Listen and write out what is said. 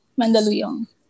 Mandaluyong